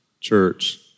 church